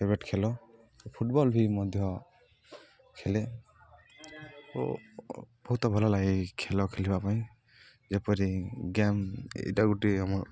favourite ଖେଳ football ବି ମଧ୍ୟ ଖେଳେ ଓ ବହୁତ ଭଲ ଲାଗେ ଏ ଖେଳ ଖେଳିବା ପାଇଁ ଯେପରି ଗେମ୍ ଏଇଟା ଗୁଟେ ଆମର